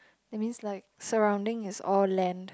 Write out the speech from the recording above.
that means like surrounding is all land